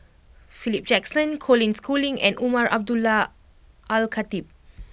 Philip Jackson Colin Schooling and Umar Abdullah Al Khatib